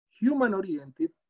human-oriented